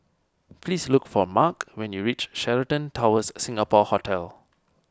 please look for Marc when you reach Sheraton Towers Singapore Hotel